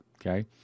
okay